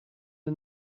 the